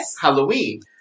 Halloween